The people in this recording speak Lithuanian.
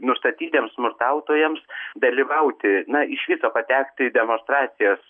nustatytiems smurtautojams dalyvauti na iš viso patekti į demonstracijas